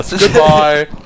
Goodbye